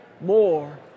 more